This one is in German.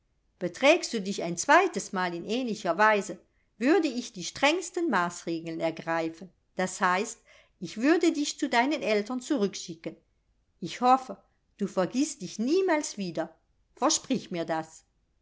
dich beträgst du dich ein zweites mal in ähnlicher weise würde ich die strengsten maßregeln ergreifen das heißt ich würde dich zu deinen eltern zurückschicken ich hoffe du vergißt dich niemals wieder versprich mir das